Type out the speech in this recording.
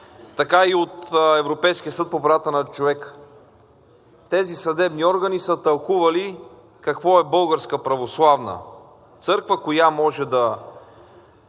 така и от Европейския съд по правата на човека. Тези съдебни органи са тълкували какво е Българска православна църква, коя може да